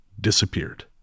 disappeared